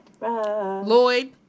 Lloyd